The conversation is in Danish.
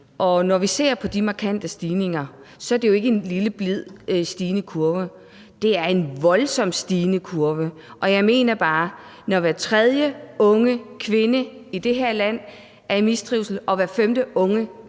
Når vi ser på de markante stigninger, er det jo ikke en lille, blidt stigende kurve; det er en voldsomt stigende kurve. Og jeg mener bare: Når hver tredje unge kvinde i det her land er i mistrivsel og hver femte unge